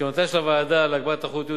מסקנותיה של הוועדה להגברת התחרותיות